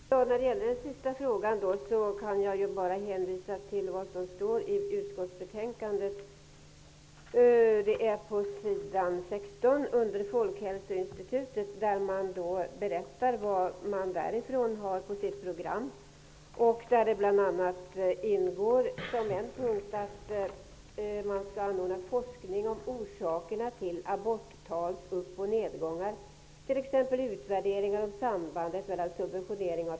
Herr talman! När det gäller den sista fråga Elisabeth Persson tog upp kan jag bara hänvisa till vad som står i utskottets betänkande. På s. 16 under avsnittet om Folkhälsoinstitutet berättar man vad som där står på programmet, bl.a. forskning om orsakerna till aborttals upp och nedgångar, t.ex.